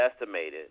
estimated